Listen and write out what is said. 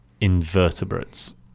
invertebrates